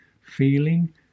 feeling